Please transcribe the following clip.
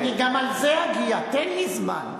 אני גם אל זה אגיע, תן לי זמן.